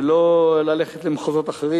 ולא ללכת למחוזות אחרים.